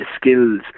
skills